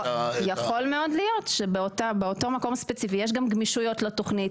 יכול מאוד להיות שבאותו מקום הספציפי יש גמישויות לתוכנית,